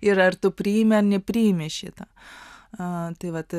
ir ar tu priimi nepriimi šito tai vat